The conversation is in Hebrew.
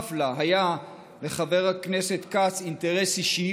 שבנוסף לה היה לחבר הכנסת כץ אינטרס אישי,